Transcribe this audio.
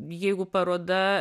jeigu paroda